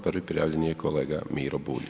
Prvi prijavljeni je kolega Miro Bulj.